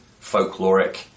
folkloric